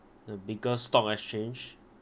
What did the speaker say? the biggest stock exchange